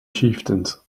chieftains